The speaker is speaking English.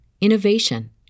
innovation